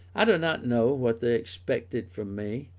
i do not know what they expected from me